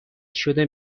شده